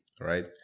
right